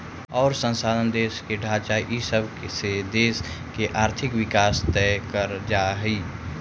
अउर संसाधन, देश के ढांचा इ सब से देश के आर्थिक विकास तय कर जा हइ